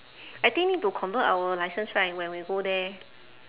I think need to convert our licence right when we go there